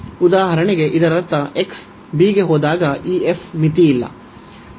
ಉದಾಹರಣೆಗೆ ಇದರರ್ಥ x b ಗೆ ಹೋದಾಗ ಈ f ಮಿತಿಯಿಲ್ಲ